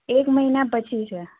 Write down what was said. એક મહિના પછી છે